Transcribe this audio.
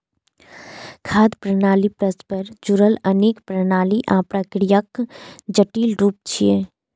खाद्य प्रणाली परस्पर जुड़ल अनेक प्रणाली आ प्रक्रियाक जटिल रूप छियै